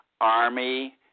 Army